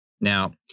Now